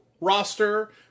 roster